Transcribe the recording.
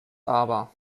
aber